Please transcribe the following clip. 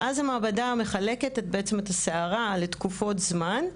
ואז המעבדה מחלקת בעצם את השערה לתקופות זמן.